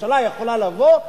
ממשלה יכולה לבוא,